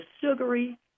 sugary